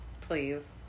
please